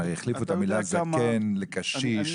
החליפו את המילה זקן לקשיש,